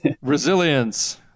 Resilience